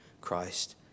Christ